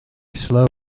slow